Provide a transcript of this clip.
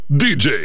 dj